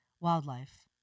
wildlife